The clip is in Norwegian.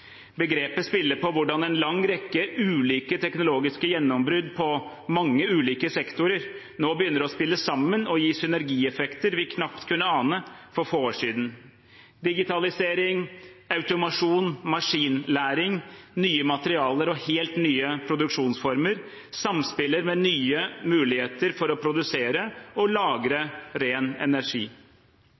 Begrepet spiller på hvordan en lang rekke ulike teknologiske gjennombrudd på mange ulike sektorer nå begynner å spille sammen og gi synergieffekter vi knapt kunne ane for få år siden. Digitalisering, automasjon, maskinlæring, nye materialer og helt nye produksjonsformer samspiller med nye muligheter for å produsere og lagre ren energi.